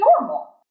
normal